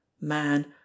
Man